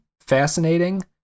fascinating